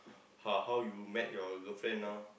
how how you met your girlfriend now